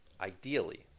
Ideally